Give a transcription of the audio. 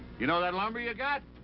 you know that lumber you got?